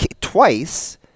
twice